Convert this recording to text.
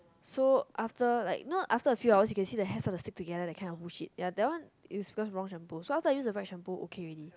so after like you know after a few hours you can see the hair start to stick together that kind of bull shit ya that one is because wrong shampoo so after I use the right shampoo okay already